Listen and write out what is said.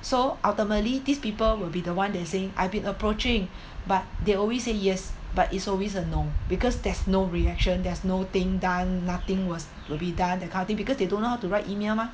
so ultimately these people will be the one that saying I've been approaching but they always say yes but it's always a no because there's no reaction there's no thing done nothing was will be done that kind of thing because they don't know how to write email mah